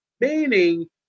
meaning